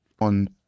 On